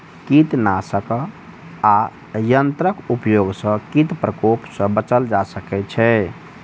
कीटनाशक आ यंत्रक उपयोग सॅ कीट प्रकोप सॅ बचल जा सकै छै